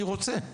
אני רוצה.